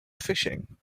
fishing